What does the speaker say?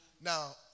Now